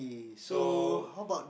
so